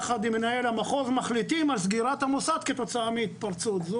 יחד עם מנהל המחוז מחליטים על סגירת המוסד כתוצאה מהתפרצות.